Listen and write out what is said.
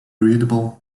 readable